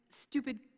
stupid